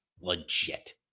legit